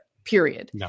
Period